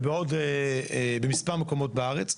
ובעוד מספר מקומות בארץ.